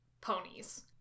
ponies